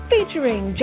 Featuring